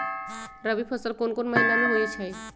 रबी फसल कोंन कोंन महिना में होइ छइ?